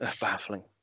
Baffling